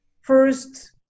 first